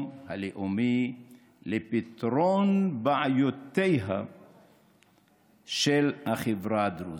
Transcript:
הלאומי לפתרון בעיותיה של החברה הדרוזית".